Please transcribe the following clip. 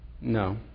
no